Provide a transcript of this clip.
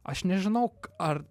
aš nežinau ar